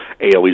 ALEs